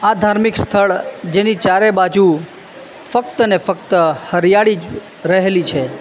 આ ધાર્મિક સ્થળ જેની ચારે બાજુ ફક્ત ને ફક્ત હરિયાળી જ રહેલી છે